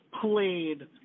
played